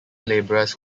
laborers